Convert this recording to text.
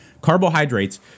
Carbohydrates